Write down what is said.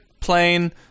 plane